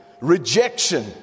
rejection